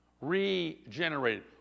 Regenerated